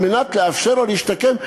כדי לאפשר לו להשתקם.